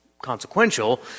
consequential